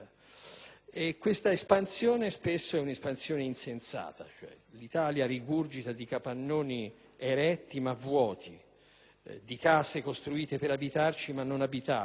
Questa espansione spesso è insensata. L'Italia rigurgita di capannoni eretti ma vuoti, di case costruite per abitazione ma non abitate;